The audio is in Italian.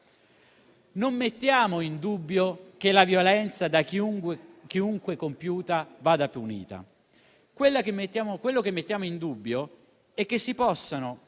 Non mettiamo in dubbio che la violenza da chiunque compiuta vada punita; quello che mettiamo in dubbio è che si possano